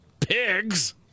pigs